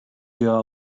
jar